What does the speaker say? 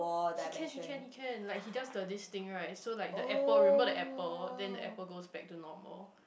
he can he can he can like he does the this thing right so like the apple remember the apple then the apple goes back to normal